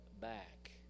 back